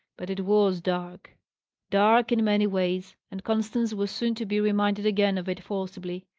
but it was dark dark in many ways, and constance was soon to be reminded again of it forcibly.